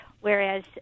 Whereas